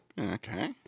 Okay